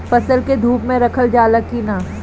फसल के धुप मे रखल जाला कि न?